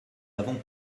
avons